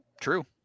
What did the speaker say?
True